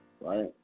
right